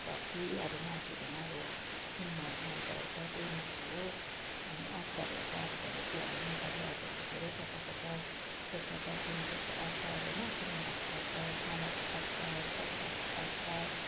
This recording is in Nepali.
सब्जी अब मासुहरूमा अब कुन मासु मन पराउँछ त्यही मासु हो अनि अचारहरूको अब भेराइटी हाम्रो नेपाली अचारहरू धेरै प्रकारको छ जसमा चाहिँ अब गुन्द्रुकको अचार होइन किनामाको अचार तामाको अचार करेलाको अचार